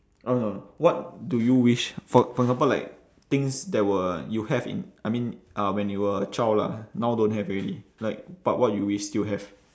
uh no what do you wish for for example like things that were you have in I mean uh when you were a child lah now don't have already like but what you wish still have